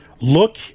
look